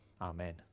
Amen